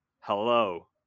hello